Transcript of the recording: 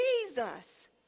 Jesus